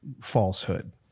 falsehood